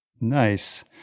Nice